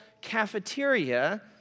cafeteria